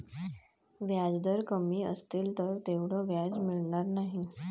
व्याजदर कमी असतील तर तेवढं व्याज मिळणार नाही